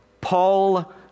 Paul